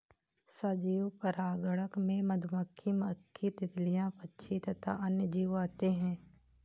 सजीव परागणक में मधुमक्खी, मक्खी, तितलियां, पक्षी तथा अन्य जीव आते हैं